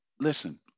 listen